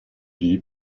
die